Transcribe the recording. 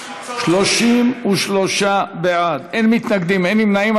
33 בעד, אין מתנגדים, אין נמנעים.